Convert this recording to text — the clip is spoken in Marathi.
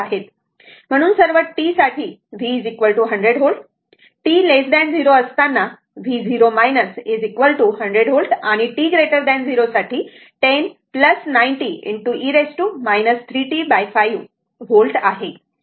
म्हणून सर्व t साठी v 100 V t 0 असताना v0 100 V आणि t 0 साठी 10 90 e 3t5 V आहे